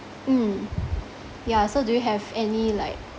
mm ya so do you have any like